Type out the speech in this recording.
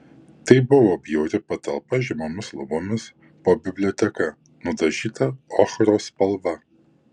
tai buvo bjauri patalpa žemomis lubomis po biblioteka nudažyta ochros spalva